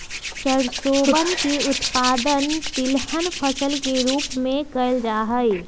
सरसोवन के उत्पादन तिलहन फसल के रूप में कइल जाहई